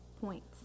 points